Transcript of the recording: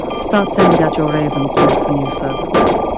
start sending out your ravens to look for new servants.